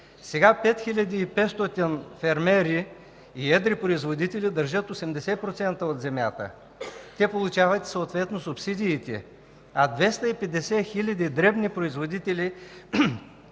Сега 5500 фермери и едри производители държат 80% от земята. Те получават съответно субсидиите, а 250 хиляди дребни производители